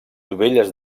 dovelles